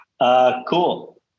Cool